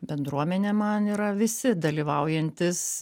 bendruomenė man yra visi dalyvaujantys